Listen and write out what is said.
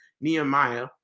Nehemiah